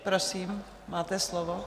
Prosím, máte slovo.